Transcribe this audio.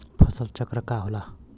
फसल चक्रण का होला?